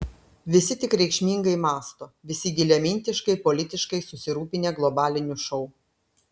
visi tik reikšmingai mąsto visi giliamintiškai politiškai susirūpinę globaliniu šou